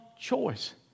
choice